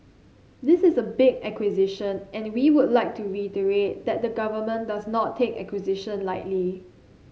this is a big acquisition and we would like to reiterate that the government does not take acquisition lightly